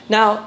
Now